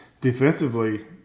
defensively